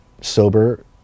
sober